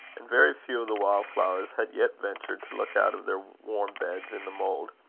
and very few of the wild flowers had yet ventured to look out of their warm beds in the mould.